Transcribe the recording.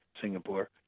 Singapore